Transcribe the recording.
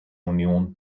union